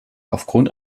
aufgrund